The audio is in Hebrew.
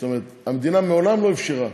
זאת אומרת, המדינה מעולם לא אפשרה